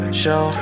show